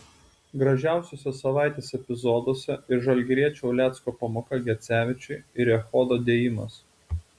gražiausiuose savaitės epizoduose ir žalgiriečio ulecko pamoka gecevičiui ir echodo dėjimas